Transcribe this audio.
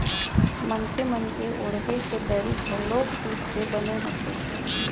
मनखे मन के ओड़हे के दरी घलोक जूट के बने होथे